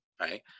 Right